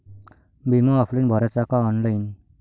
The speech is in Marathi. बिमा ऑफलाईन भराचा का ऑनलाईन?